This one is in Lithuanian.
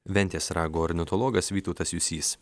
ventės rago ornitologas vytautas jusys